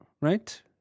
Right